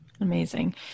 Amazing